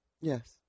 Yes